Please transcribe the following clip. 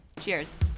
Cheers